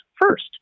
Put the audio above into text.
first